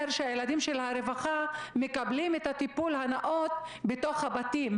שהילדים של הרווחה מקבלים את הטיפול הנאות בתוך הבתים.